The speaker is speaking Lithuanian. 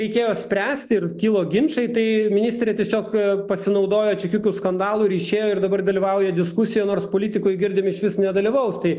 reikėjo spręsti ir kilo ginčai tai ministrė tiesiog pasinaudojo čekiukų skandalu ir ryšėjo ir dabar dalyvauja diskusijoj nors politikoj girdim išvis nedalyvaus tai